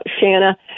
Shanna